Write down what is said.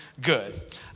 good